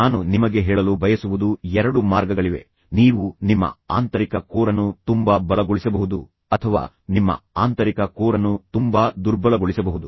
ನಾನು ನಿಮಗೆ ಹೇಳಲು ಬಯಸುವುದು 2 ಮಾರ್ಗಗಳಿವೆ ನೀವು ನಿಮ್ಮ ಆಂತರಿಕ ಕೋರ್ ಅನ್ನು ತುಂಬಾ ಬಲಗೊಳಿಸಬಹುದು ಅಥವಾ ನಿಮ್ಮ ಆಂತರಿಕ ಕೋರ್ ಅನ್ನು ತುಂಬಾ ದುರ್ಬಲಗೊಳಿಸಬಹುದು